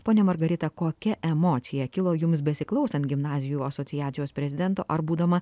ponia margarita kokia emocija kilo jums besiklausant gimnazijų asociacijos prezidento ar būdama